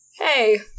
Hey